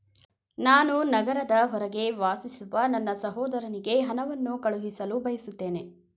ನಾನು ನಗರದ ಹೊರಗೆ ವಾಸಿಸುವ ನನ್ನ ಸಹೋದರನಿಗೆ ಹಣವನ್ನು ಕಳುಹಿಸಲು ಬಯಸುತ್ತೇನೆ